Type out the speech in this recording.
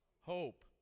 Hope